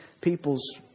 people's